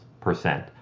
percent